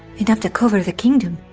enough to cover the kingdom,